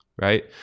right